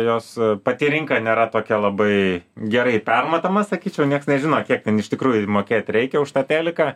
jos pati rinka nėra tokia labai gerai permatoma sakyčiau nieks nežino kiek iš tikrųjų mokėt reikia už tą teliką